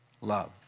love